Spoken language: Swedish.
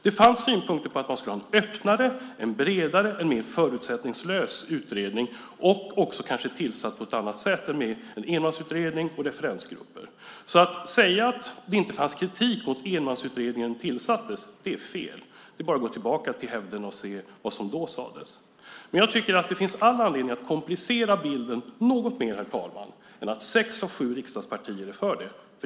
Det fanns synpunkter på att man skulle ha en öppnare, bredare och mer förutsättningslös utredning som kanske var tillsatt på ett annat sätt än som en enmansutredning med referensgrupper. Att säga att det inte fanns kritik när enmansutredningen tillsattes är fel. Det är bara att gå tillbaka till hävderna och se vad som då sades. Jag tycker att det finns all anledning att komplicera bilden något mer, herr talman, än att säga att sex av sju riksdagspartier är för detta.